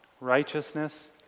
righteousness